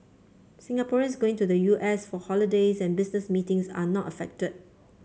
Singaporeans going to the U S for holidays and business meetings are not affected